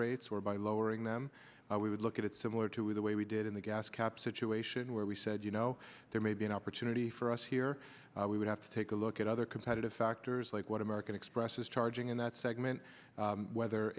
rates or by lowering them we would look at it similar to the way we did in the gas cap situation where we said you know there may be an opportunity for us here we would have to take a look at other competitive factors like what american express is charging in that segment whether